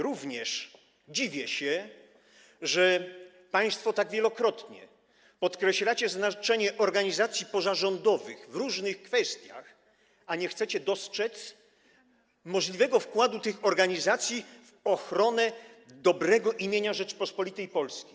Również dziwię się, że państwo tak wielokrotnie podkreślacie znaczenie organizacji pozarządowych w różnych kwestiach, a nie chcecie dostrzec możliwego wkładu tych organizacji w ochronę dobrego imienia Rzeczypospolitej Polskiej.